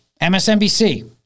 MSNBC